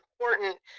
important